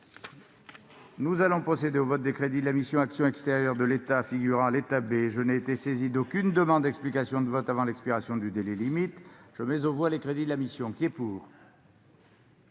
Nous allons procéder au vote des crédits de la mission « Action extérieure de l'État », figurant à l'état B. Je n'ai été saisi d'aucune demande d'explication de vote avant l'expiration du délai limite. Je mets aux voix ces crédits, modifiés. J'appelle